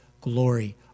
glory